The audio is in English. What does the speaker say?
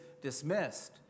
dismissed